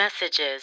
messages